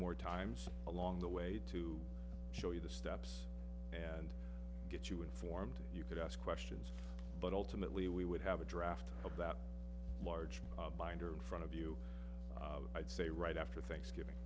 more times along the way to show you the steps and get you informed you could ask questions but ultimately we would have a draft of that large binder in front of you i'd say right after thanksgiving